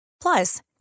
Plus